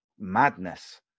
madness